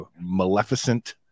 maleficent